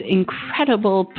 incredible